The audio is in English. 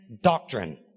doctrine